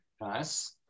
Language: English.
Nice